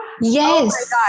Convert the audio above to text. Yes